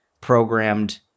programmed